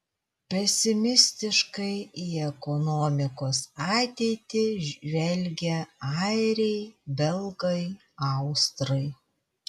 pesimistiškai į ekonomikos ateitį žvelgia airiai belgai austrai